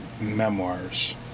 memoirs